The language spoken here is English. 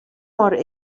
more